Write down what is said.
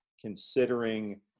considering